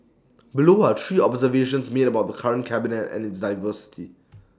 below are three observations made about the current cabinet and its diversity